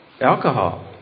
alcohol